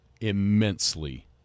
immensely